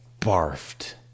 Barfed